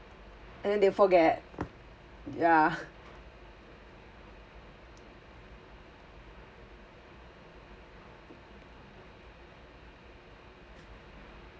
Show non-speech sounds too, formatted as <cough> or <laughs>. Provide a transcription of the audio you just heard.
and then they forget ya <laughs>